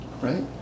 right